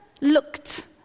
looked